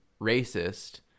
racist